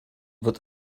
wird